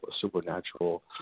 supernatural